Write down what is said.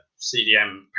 cdm